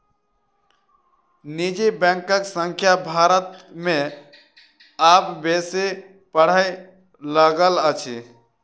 निजी बैंकक संख्या भारत मे आब बेसी बढ़य लागल अछि